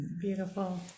Beautiful